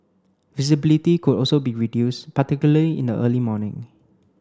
visibility could also be reduced particularly in the early morning